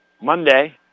Monday